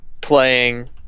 playing